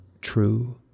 true